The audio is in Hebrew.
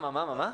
רם שפע (יו"ר ועדת החינוך, התרבות והספורט):